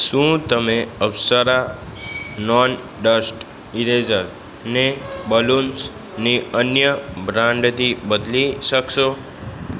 શું તમે Apsara non dust ઇરેઝરને બલૂન્સની અન્ય બ્રાન્ડથી બદલી શકશો